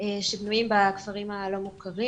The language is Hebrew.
שבנויים בכפרים הלא מוכרים.